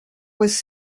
was